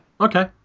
Okay